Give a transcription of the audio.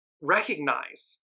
recognize